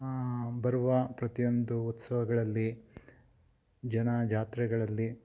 ಬರುವ ಪ್ರತಿಯೊಂದು ಉತ್ಸವಗಳಲ್ಲಿ ಜನಜಾತ್ರೆಗಳಲ್ಲಿ